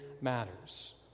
matters